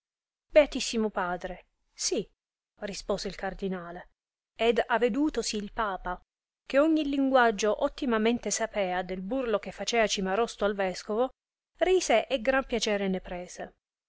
beatissimo padre sì rispose il cardinale ed avedutosi il papa che ogni linguaggio ottimamente sapea del burlo che faceva cimarosto al vescovo rise e gran piacere ne prese